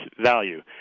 value